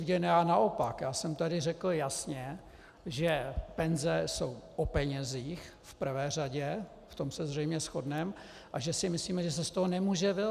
Já naopak, já jsem tady řekl jasně, že penze jsou o penězích v prvé řadě, v tom se zřejmě shodneme, a že si myslíme, že se z toho nemůže vylhat.